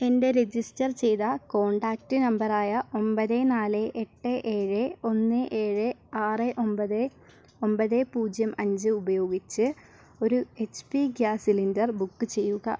എൻ്റെ രജിസ്റ്റർ ചെയ്ത contact number ആയ ഒൻപത് നാല് എട്ട് ഏഴ് ഒന്ന് ഏഴ് ആറ് ഒൻപത് ഒൻപത് പൂജ്യം അഞ്ച് ഉപയോഗിച്ച് ഒരു H P gas cylinder book ചെയ്യുക